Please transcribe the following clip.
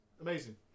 Amazing